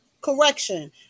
correction